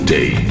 Day